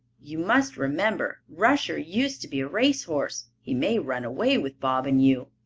you must remember, rusher used to be a race horse. he may run away with bob and you.